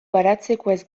baratzekoez